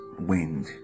wind